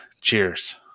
Cheers